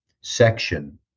section